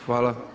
Hvala.